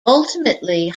ultimately